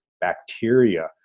bacteria